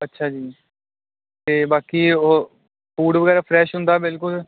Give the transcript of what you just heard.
ਅੱਛਾ ਜੀ ਅਤੇ ਬਾਕੀ ਉਹ ਫੂਡ ਵਗੈਰਾ ਫਰੈੱਸ਼ ਹੁੰਦਾ ਬਿਲਕੁਲ